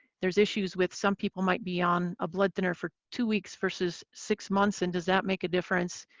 there's issues with some people might be on a blood thinner for two weeks versus six months and does that make a difference.